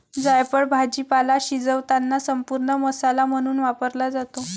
जायफळ भाजीपाला शिजवताना संपूर्ण मसाला म्हणून वापरला जातो